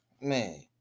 man